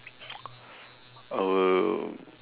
I will